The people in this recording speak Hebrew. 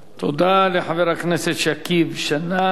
תודה לחבר הכנסת שכיב שנאן.